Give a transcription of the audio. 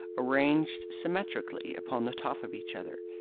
arranged symmetrically upon the top of each other.